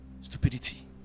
stupidity